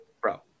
Bro